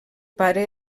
pare